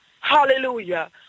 hallelujah